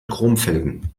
chromfelgen